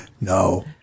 No